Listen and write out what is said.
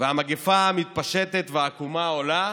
המגפה מתפשטת והעקומה עולה.